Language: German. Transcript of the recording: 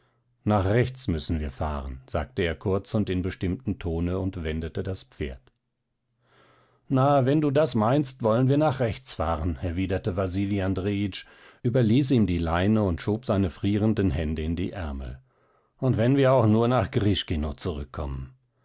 nach rechts müssen wir fahren sagte er kurz und in bestimmtem tone und wendete das pferd na wenn du das meinst wollen wir nach rechts fahren erwiderte wasili andrejitsch überließ ihm die leine und schob seine frierenden hände in die ärmel und wenn wir auch nur nach grischkino zurückkommen